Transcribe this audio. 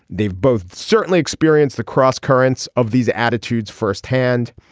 they've both certainly experienced the crosscurrents of these attitudes firsthand.